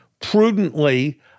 prudently